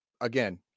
again